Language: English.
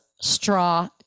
Straw